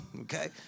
okay